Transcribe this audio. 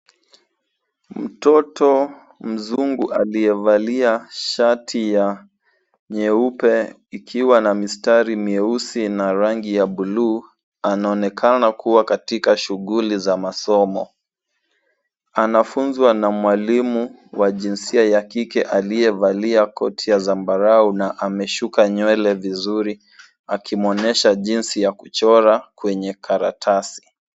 Mtoto mzungu aliyevalia shati ya nyeupe ikiwa na mistari myeusi na rangi ya bluu anaonekana kuwa katika shughuli za masomo. Anafunzwa na mwalimu wa jinsia ya kike aliyevalia koti ya zambarau na ameshuka nywele vizuri akimwonyesha jinsi ya kuchora kwenye karatasi.